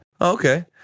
okay